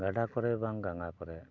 ᱜᱟᱰᱟ ᱠᱚᱨᱮ ᱵᱟᱝ ᱜᱚᱝᱜᱟ ᱠᱚᱨᱮᱫ